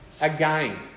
again